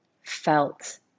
felt